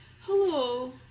Hello